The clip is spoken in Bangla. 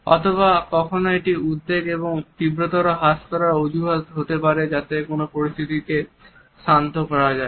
অথবা কখনো এটি উদ্বেগ এবং তীব্রতার হাস করার অজুহাত হতে পারে যাতে কোন পরিস্থিতিকে শান্ত করা যায়